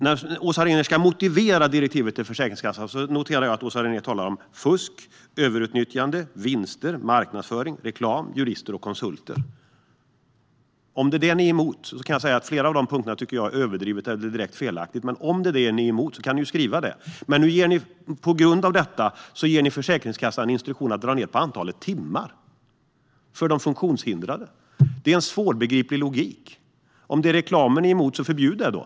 När Åsa Regnér ska motivera direktivet till Försäkringskassan talar hon om fusk, överutnyttjande, vinster, marknadsföring, reklam, jurister och konsulter. Det här är överdrivet eller direkt felaktigt på flera punkter, men om det är detta ni är emot kan ni väl skriva det? Nu ger ni i stället på grund av detta Försäkringskassan instruktionen att dra ned på antalet timmar för de funktionshindrade. Det är en svårbegriplig logik. Om det är reklamen ni är emot, förbjud den då!